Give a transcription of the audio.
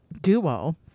duo